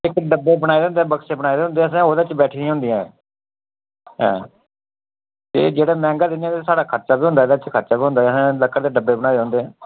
इक डब्बे बनाए दे होंदे बक्से बनाए दे होंदे असें ओह् च बैठी दियां होंदियां एह् एह् जेह्ड़ा मैंह्गा दिन्ने आं ते साढ़ा खर्चा बी होंदा एह्दे च खर्चा बी होंदा लक्कड़ दे डब्बे बनाए दे होंदे